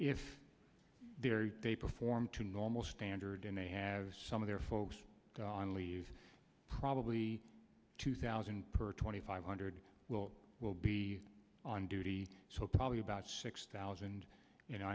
f they perform to normal standard and they have some of their folks on leave probably two thousand per twenty five hundred will will be on duty so probably about six thousand you know